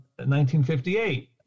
1958